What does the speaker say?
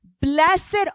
Blessed